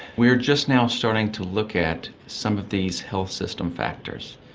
we are just now starting to look at some of these health system factors.